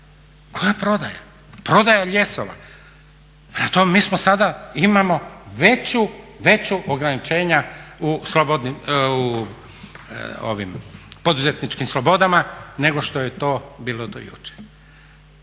Koja prodaja? Prodaja lijesova. Prema tome mi sada imamo veća ograničenja u poduzetničkim slobodama nego što je to bilo do jučer.